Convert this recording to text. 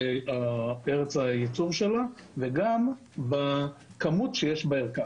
ארץ הייצור שלה, וגם לפי הכמות שיש בערכה.